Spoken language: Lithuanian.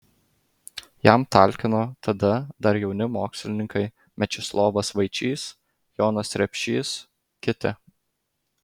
jam talkino tada dar jauni mokslininkai mečislovas vaičys jonas repšys kiti